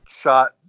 shot